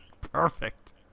perfect